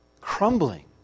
crumbling